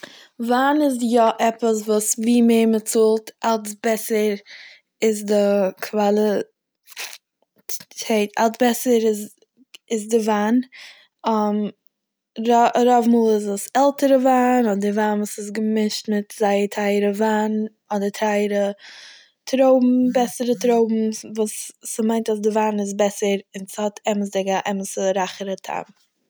וויין איז יא עפעס וואס ווי מער מ'צאלט אלץ בעסער איז די קוואלע- טעיט- אלץ בעסער איז- איז די וויין, רו- רוב מאל איז עס עלטערע וויין אדער וויין וואס איז געמישט מיט זייער טייערע וויין אדער טייערע טרויבן, בעסערע טרויבן וואס ס'- ס'מיינט אז די וויין איז בעסער און ס'האט אמת'דיג א אמת'ע רייכערע טעם.